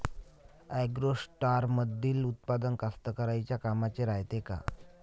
ॲग्रोस्टारमंदील उत्पादन कास्तकाराइच्या कामाचे रायते का?